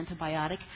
antibiotic